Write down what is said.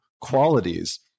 qualities